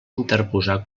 interposar